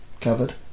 covered